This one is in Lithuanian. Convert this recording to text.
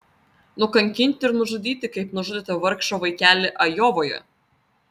nukankinti ir nužudyti kaip nužudėte vargšą vaikelį ajovoje